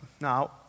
Now